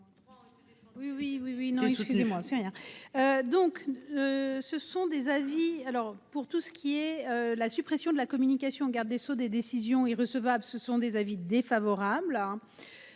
oui oui oui tout ce excusez moi c'est rien. Donc. Ce sont des avis alors pour tout ce qui est la suppression de la communication, garde des Sceaux des décisions est recevable. Ce sont des avis défavorables